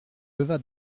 leva